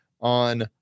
on